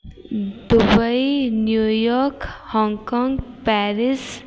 Dubai New York Hong Kong Paris